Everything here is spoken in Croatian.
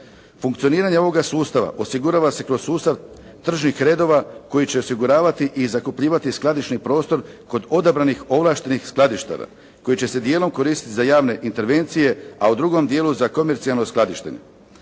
Funkcioniranje ovoga sustava osigurava se kroz sustav tržnih redova koji će osiguravati i zakupljivati skladišni prostor kod odabranih ovlaštenih skladištara koji će se dijelom koristiti za javne intervencije, a u drugom dijelu za komercijalno skladištenje.